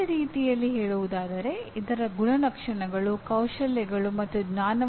ಬೇರೆ ರೀತಿಯಲ್ಲಿ ಹೇಳುವುದಾದರೆ ಇವು ಗಣನ ಸಾಮರ್ಥ್ಯವಿರುವ ಗುಣಲಕ್ಷಣಗಳು ಕೌಶಲ್ಯಗಳು ಮತ್ತು ಪೂರಕ ಜ್ಞಾನ